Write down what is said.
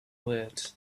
word